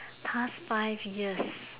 past five years